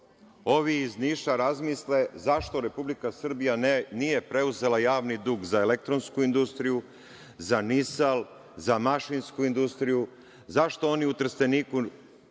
ovi iz Niša razmisle zašto Republika Srbija nije preuzela javni dug za Elektronsku industriju, za „Nisal“, za Mašinsku industriju, zašto nisu preuzete